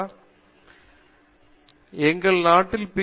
பேராசிரியர் ரவீந்திர ஜெட்டூ எங்கள் நாட்டில் பி